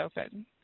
open